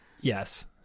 Yes